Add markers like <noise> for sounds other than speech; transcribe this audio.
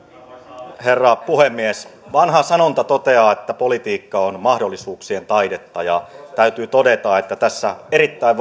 arvoisa herra puhemies vanha sanonta toteaa että politiikka on mahdollisuuksien taidetta ja täytyy todeta että tässä erittäin <unintelligible>